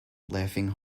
laughing